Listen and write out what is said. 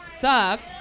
sucks